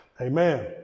Amen